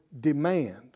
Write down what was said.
demand